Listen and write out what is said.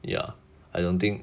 ya I don't think